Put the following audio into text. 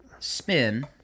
spin